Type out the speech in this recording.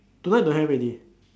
tonight don't have already